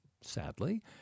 sadly